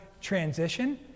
transition